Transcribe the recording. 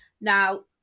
Now